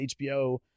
hbo